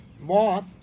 moth